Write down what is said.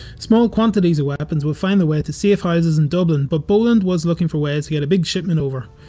small quantities of weapons would find their way to safe houses in dublin but boland was looking for ways to get a big shipment over.